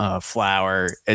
Flower